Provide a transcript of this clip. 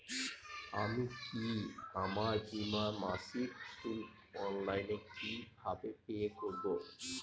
আমি কি আমার বীমার মাসিক শুল্ক অনলাইনে কিভাবে পে করব?